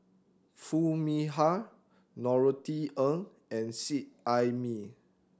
Foo Mee Har Norothy Ng and Seet Ai Mee